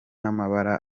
amabara